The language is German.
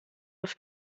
auf